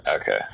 Okay